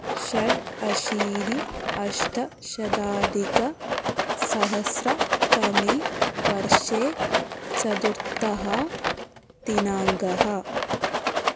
षडशीतिः अष्टशताधिकसहस्रतमे वर्षे चतुर्थः दिनाङ्कः